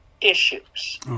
Issues